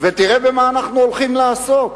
ותראה במה אנחנו הולכים לעסוק.